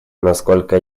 насколько